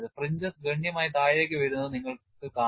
Fringes ഗണ്യമായി താഴേക്ക് വരുന്നത് നിങ്ങൾക്ക് കാണാം